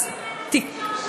אז ------ עכשיו.